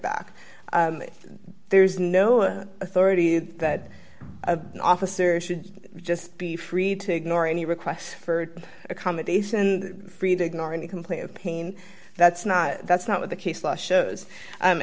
back there's no authority that an officer should just be free to ignore any requests for accommodation free to ignore any complaint of pain that's not that's not what the case law shows